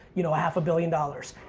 you know, half a billion dollars.